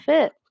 Fit